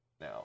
now